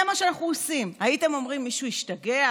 זה מה שאנחנו עושים, הייתם אומרים שמישהו השתגע.